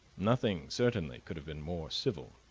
nothing, certainly, could have been more civil,